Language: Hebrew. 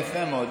יפה מאוד.